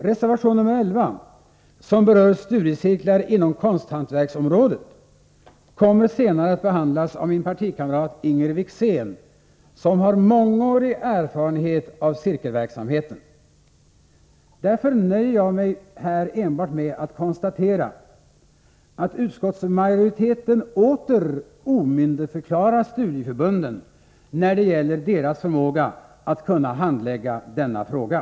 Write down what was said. Reservation nr 11, som berör studiecirklar inom konsthantverksområdet, kommer senare att behandlas av min partikamrat Inger Wickzén, som har mångårig erfarenhet av cirkelverksamheten. Därför nöjer jag mig här med 117 att enbart konstatera att utskottsmajoriteten åter omyndigförklarar studieförbunden när det gäller deras förmåga att handlägga denna fråga.